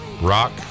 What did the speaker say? rock